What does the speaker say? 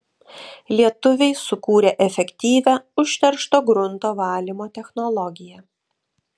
lietuviai sukūrė efektyvią užteršto grunto valymo technologiją